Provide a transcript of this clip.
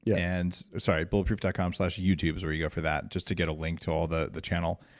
yeah and sorry. bulletproof dot com slash youtube is where you go for that just to get a link to all the the channel.